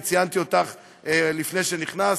אני ציינתי אותך לפני שנכנסת,